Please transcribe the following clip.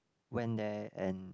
went there and